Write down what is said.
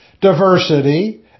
Diversity